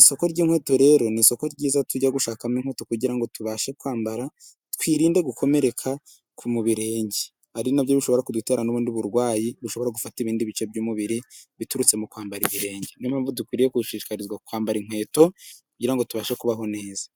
Isoko ry’inkweto rero ni isoko ryiza tujya gushakamo inkweto, kugira ngo tubashe kwambara, twirinde gukomereka mu birenge, ari byo bishobora kudutera n’ubundi burwayi bushobora gufata ibindi bice by’umubiri, biturutse mu kwambara ibirenge. Ni yo mpamvu dukwiriye gushishikarizwa kwambara inkweto, kugira ngo tubashe kubaho neza.